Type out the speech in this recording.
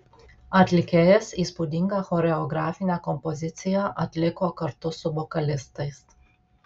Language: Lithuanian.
atlikėjas įspūdingą choreografinę kompoziciją atliko kartu su vokalistais